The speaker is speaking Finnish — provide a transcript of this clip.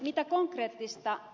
kysynkin nyt